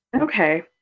okay